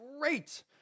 great